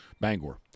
Bangor